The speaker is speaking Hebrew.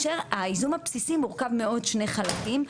הייזום הבסיסי מורכב מעוד שני חלקים,